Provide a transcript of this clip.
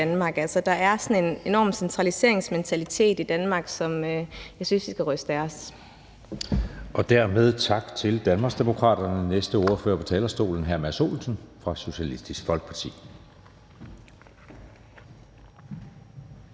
der er sådan en enorm centraliseringsmentalitet i Danmark, som jeg synes vi skal ryste af os. Kl. 17:19 Anden næstformand (Jeppe Søe): Dermed tak til Danmarksdemokraterne. Den næste ordfører på talerstolen er hr. Mads Olsen fra Socialistisk Folkeparti.